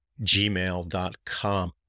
gmail.com